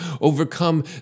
overcome